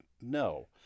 no